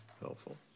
helpful